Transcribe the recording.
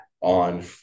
on